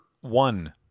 one